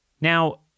Now